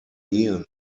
ehen